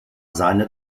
seine